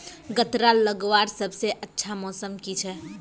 गन्ना लगवार सबसे अच्छा मौसम की छे?